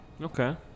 Okay